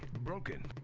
broken.